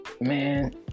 man